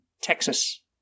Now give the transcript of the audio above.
Texas